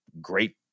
Great